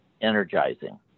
energizing